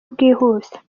bwihuse